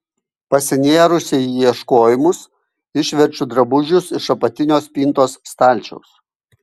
pasinėrusi į ieškojimus išverčiu drabužius iš apatinio spintos stalčiaus